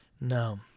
No